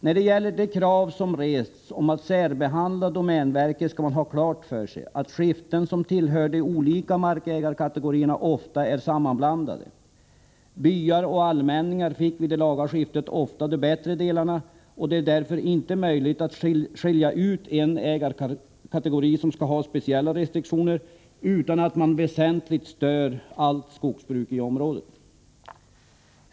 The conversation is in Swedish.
När det gäller de krav som har rests om att särbehandla domänverket skall man ha klart för sig att skiften som tillhör de olika markägarkategorierna ofta är sammanblandade. Byar och allmänning ar fick vid det laga skiftet ofta de bättre delarna, och det är därför inte möjligt att skilja ut en viss ägarkategori som skall ha speciella restriktioner utan att man väsentligt stör allt skogsbruk i området.